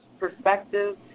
perspective